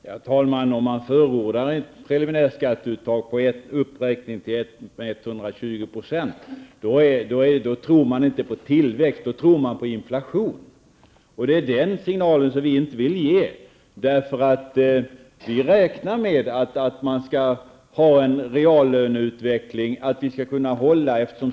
Herr talman! Om man förordar en uppräkning av preliminärskatteuttaget med 120 % tror man inte på tillväxt -- då tror man på inflation. Den signalen vill vi inte ge.